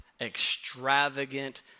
extravagant